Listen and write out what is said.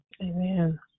Amen